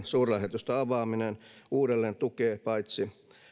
suurlähetystön avaaminen uudelleen tukee paitsi